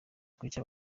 kuki